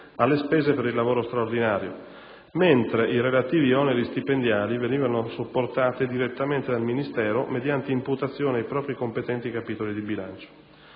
alle spese per il lavoro straordinario, mentre i relativi oneri stipendiali venivano sopportati direttamente dal Ministero mediante imputazione ai propri competenti capitoli del bilancio.